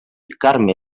carme